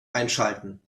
einschalten